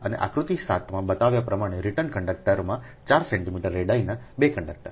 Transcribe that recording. અને આકૃતિ 7 માં બતાવ્યા પ્રમાણે રીટર્ન કંડક્ટરમાં 4 સેન્ટિમીટર રેડિઆના 2 કંડક્ટર